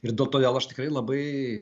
ir todėl aš tikrai labai